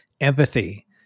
empathy